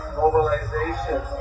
mobilization